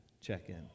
check-in